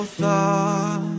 thought